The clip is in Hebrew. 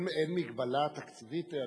אין מגבלה תקציבית?